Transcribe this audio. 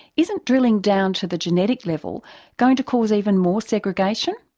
isn't drilling down to the genetic level going to cause even more segregation?